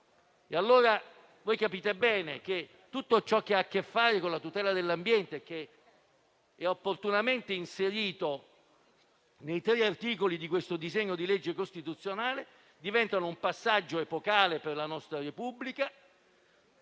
preservarlo. Capite bene, dunque, che tutto ciò che ha a che fare con la tutela dell'ambiente e che è opportunamente inserito nei tre articoli di questo disegno di legge costituzionale diventa un passaggio epocale per la nostra Repubblica,